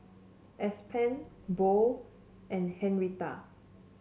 Aspen Bo and Henrietta